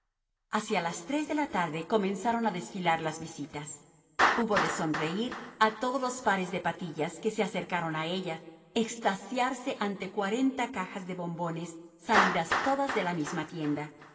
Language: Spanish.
hacia las tres de la tarde comenzaron a desfilar las visitas hubo de sonreír a todos los pares de patillas que se acercaron a ella extasiarse ante cuarenta cajas de bombones salidas todas de la misma tienda